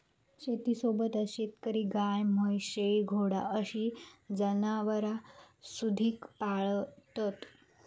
शेतीसोबतच शेतकरी गाय, म्हैस, शेळी, घोडा अशी जनावरांसुधिक पाळतत